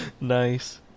Nice